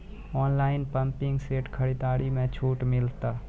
Online pumping set खरीदारी मे छूट मिलता?